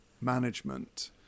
management